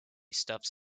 stuffed